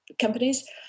companies